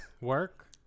work